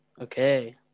Okay